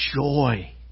joy